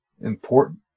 important